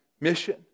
mission